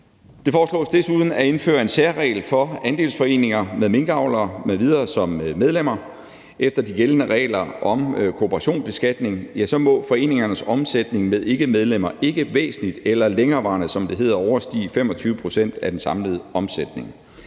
Det foreslås desuden at indføre en særregel for andelsforeninger med minkavlere m.v. som medlemmer efter de gældende regler. Efter de gældende regler om kooperationsbeskatning må foreningernes omsætning med ikkemedlemmer ikke væsentligt eller længerevarende, som det hedder, overstige 25 pct. af den samlede omsætning.